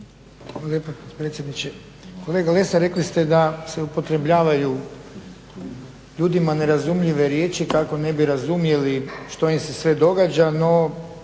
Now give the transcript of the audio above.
lijepa predsjedniče. Kolega Lesar, rekli ste da se upotrebljavaju ljudima nerazumljive riječi kako ne bi razumjeli što im se sve događa no